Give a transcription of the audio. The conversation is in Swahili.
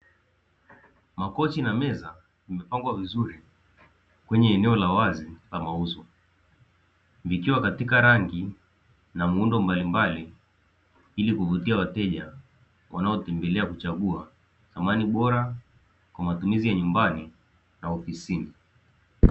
Makochi na meza vimepangwa vizuri wazi la mauzo, vikiwa katika rangi na muundo mbalimbali ili kuvutia wateja, wanaokimbilia kuchagua samani bora kwa matumizi ya nyumbani na ofisini.